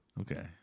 Okay